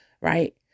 right